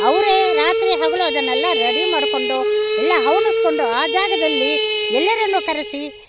ಅವ್ರ ರಾತ್ರಿ ಹಗಲು ಅದನ್ನೆಲ್ಲ ರೆಡಿ ಮಾಡಿಕೊಂಡು ಎಲ್ಲ ಅವ್ನಿಸ್ಕೊಂಡು ಆ ಜಾಗದಲ್ಲಿ ಎಲ್ಲರನ್ನೂ ಕರೆಸಿ